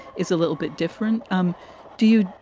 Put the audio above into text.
is a little bit different. um do you?